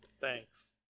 Thanks